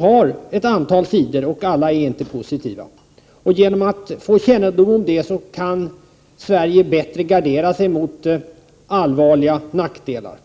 har ett antal sidor och att alla inte är positiva. Genom att få kännedom om det kan Sverige bättre gardera sig mot allvarliga nackdelar.